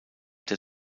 der